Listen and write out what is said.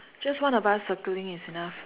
just one of us circling is enough